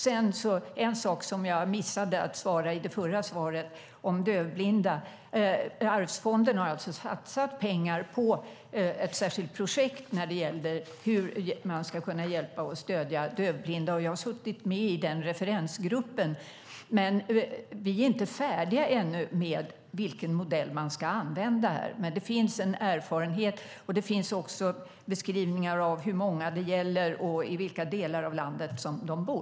Det var en sak som jag missade att ta upp i mitt förra svar, om dövblinda. Arvsfonden har satsat pengar på ett särskilt projekt om hur man ska kunna hjälpa och stödja dövblinda. Jag har suttit med i den referensgruppen. Vi är dock inte färdiga än med vilken modell man ska använda. Det finns dock en erfarenhet, och det finns beskrivningar av hur många det gäller och i vilka delar av landet de bor.